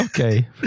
Okay